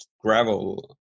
gravel